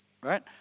right